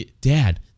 dad